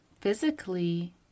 physically